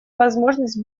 возможность